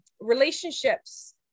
relationships